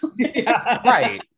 Right